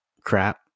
crap